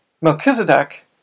Melchizedek